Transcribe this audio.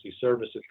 services